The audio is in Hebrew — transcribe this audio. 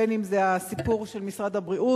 בין אם זה הסיפור של משרד הבריאות.